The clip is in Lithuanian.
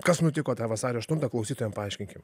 kas nutiko tą vasario aštuntą klausytojam paaiškinkim